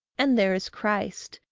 and there is christ,